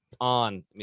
on